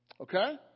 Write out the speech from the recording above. Okay